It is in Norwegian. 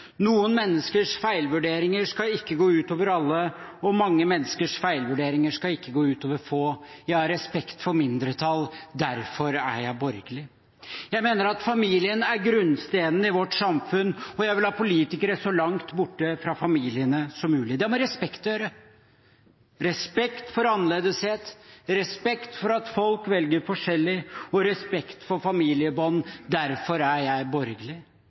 Noen menneskers feilvurderinger skal ikke gå ut over alle, og mange menneskers feilvurderinger skal ikke ut over få. Jeg har respekt for mindretall. Derfor er jeg borgerlig. Jeg mener at familien er grunnsteinen i vårt samfunn, og jeg vil ha politikere så langt borte fra familiene som mulig. Det har med respekt å gjøre – respekt for annerledeshet, respekt for at folk velger forskjellig og respekt for familiebånd. Derfor er jeg borgerlig.